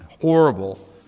horrible